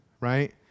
right